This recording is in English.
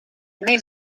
new